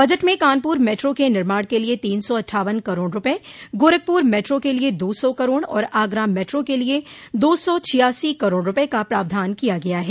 budget में Kanpur metro के निर्माण के लिये तीन सौ अट्ठावन करोड़ रूपये गोरखपुर मेट्रो के लिये दो सौ करोड़ और आगरा मेट्रो के लिये दो सौ छियासी करोड़ रूपये का प्रावधान किया गया है